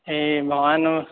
hey भवान्